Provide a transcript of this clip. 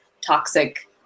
toxic